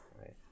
Right